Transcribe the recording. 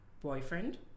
boyfriend